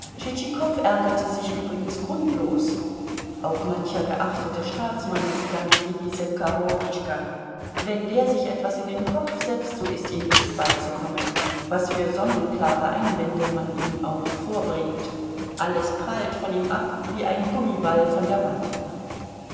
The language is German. ärgerte sich übrigens grundlos auch mancher geachtete staatsmann ist ganz wie diese korobotschka wenn der sich etwas in den kopf setzt so ist ihm nicht beizukommen was für sonnenklare einwände man ihm auch vorbringt alles prallt von ihm ab wie ein gummiball von der wand